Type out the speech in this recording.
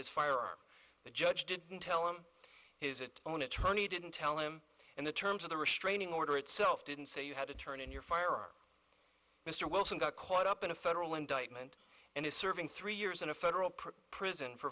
his firearm the judge didn't tell him his it own attorney didn't tell him and the terms of the restraining order itself didn't say you had to turn in your firearm mr wilson got caught up in a federal indictment and is serving three years in a federal probe prison for